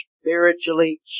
spiritually